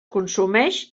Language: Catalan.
consumeix